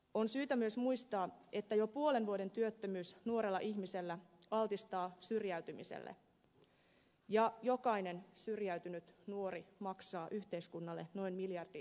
on syytä myös muistaa että jo puolen vuoden työttömyys nuorella ihmisellä altistaa syrjäytymiselle ja jokainen syrjäytynyt nuori maksaa yhteiskunnalle noin miljoona euroa